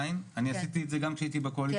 אני עשיתי את זה גם כשהייתי בקואליציה